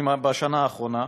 בשנה האחרונה,